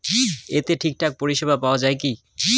এতে ঠিকঠাক পরিষেবা পাওয়া য়ায় কি?